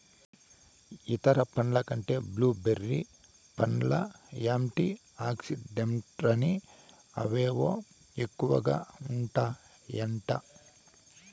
ఇతర పండ్ల కంటే బ్లూ బెర్రీ పండ్లల్ల యాంటీ ఆక్సిడెంట్లని అవేవో ఎక్కువగా ఉంటాయట